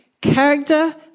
character